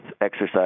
exercise